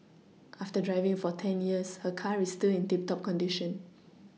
after driving for ten years her car is still in tip top condition